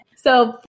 So-